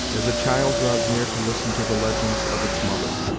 as a child draws near to listen to the legends of its mother.